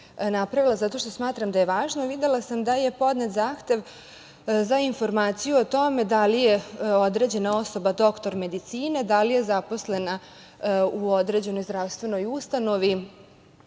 napravila zato što smatram da je važno, a videla sam da je podnet zahtev za informaciju o tome da li je određena osoba doktor medicine, da li je zaposlena u određenoj zdravstvenoj ustanovi